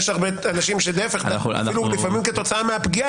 יש אנשים שאפילו לפעמים חלק מהפגיעה